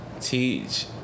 teach